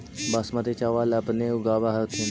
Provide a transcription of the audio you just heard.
बासमती चाबल अपने ऊगाब होथिं?